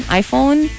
iPhone